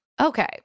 Okay